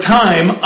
time